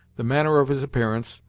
the manner of his appearance,